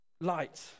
Light